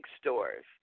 stores